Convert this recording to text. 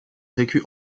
vécu